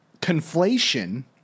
conflation